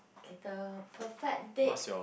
okay the perfect date